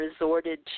resorted